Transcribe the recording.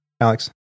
Alex